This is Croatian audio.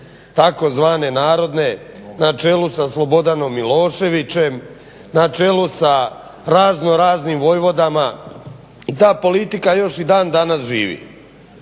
tzv. narodne na čelu sa Slobodanom Miloševićem, na čelu sa raznoraznim vojvodama i ta politika još i dan danas živi.